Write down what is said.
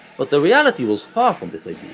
but the reality was far from this like